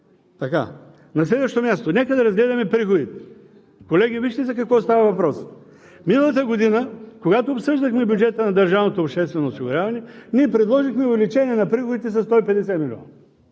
На следващо място, нека да разгледаме приходите. Колеги, вижте за какво става въпрос. Миналата година, когато обсъждахме бюджета на държавното обществено осигуряване, ние предложихме увеличение на приходите със 150 млн.